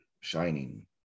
shining